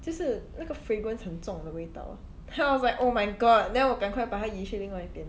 就是那个 fragrance 很重的味道 ah then I was like oh my god then 我赶快把它移去另外一边